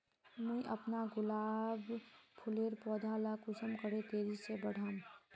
मुई अपना गुलाब फूलेर पौधा ला कुंसम करे तेजी से बढ़ाम?